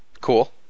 cool